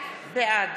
בעד